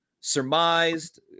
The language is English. surmised